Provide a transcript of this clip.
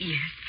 Yes